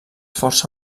força